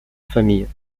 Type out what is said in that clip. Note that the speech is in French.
famille